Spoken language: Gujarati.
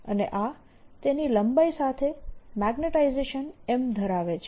અને આ તેની લંબાઈ સાથે મેગ્નેટાઇઝેશન M ધરાવે છે